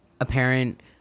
apparent